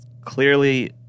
clearly